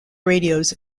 radios